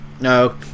No